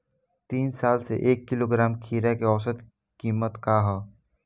तीन साल से एक किलोग्राम खीरा के औसत किमत का ह?